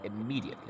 immediately